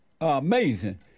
Amazing